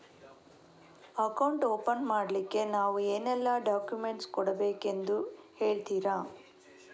Account open ಮಾಡ್ಲಿಕ್ಕೆ ನಾವು ಏನೆಲ್ಲ ಡಾಕ್ಯುಮೆಂಟ್ ಕೊಡಬೇಕೆಂದು ಹೇಳ್ತಿರಾ?